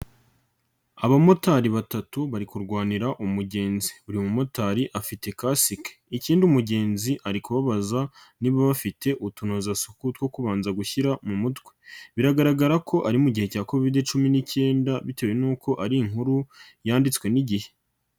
Abamotari batatu bari kurwanira umugenzi, buri mumotari afite kasike, ikindi umugenzi ari kubabaza niba bafite utunozasuku two kubanza gushyira mu mutwe, biragaragara ko ari mu gihe cya Covid cumi n'ikenda bitewe n'uko ari inkuru yanditswe n'Igihe.